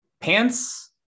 Pants